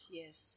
yes